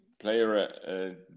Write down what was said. player